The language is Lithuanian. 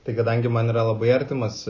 tai kadangi man yra labai artimas